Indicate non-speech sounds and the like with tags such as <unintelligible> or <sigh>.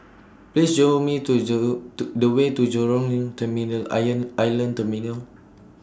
Please Show Me to <unintelligible> The Way to Jurong Terminal iron Island Terminal